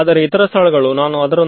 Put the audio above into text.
ಅರ್ಥಾತ್ ಸಂಖ್ಯಾತ್ಮಕವಾಗಿ ಕಂಡುಹಿಡಿಯಿರಿ